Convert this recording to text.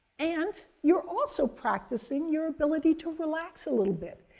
and you're also practicing your ability to relax a little bit.